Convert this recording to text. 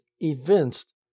evinced